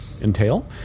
entail